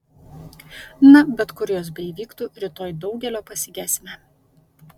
na bet kur jos beįvyktų rytoj daugelio pasigesime